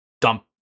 dump